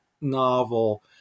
novel